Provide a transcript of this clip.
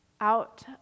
out